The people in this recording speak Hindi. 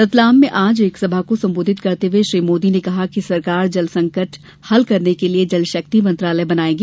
रतलाम में आज एक सभा को संबोधित करते हुए श्री मोदी ने कहा कि सरकार जल संकट हल करने के लिए जल शक्ति मंत्रालय बनाएगी